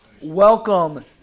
Welcome